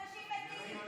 אנשים מתים.